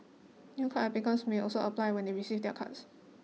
new card applicants may also apply when they receive their cards